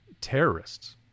terrorists